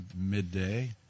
midday